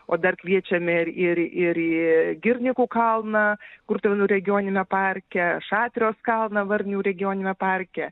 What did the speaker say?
o dar kviečiame ir ir į girnikų kalną kurtuvėnų regioniniame parke šatrijos kalną varnių regioniniame parke